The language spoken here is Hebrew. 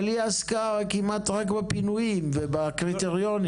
אבל היא עסקה כמעט רק בפינויים ובקריטריונים.